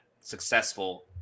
successful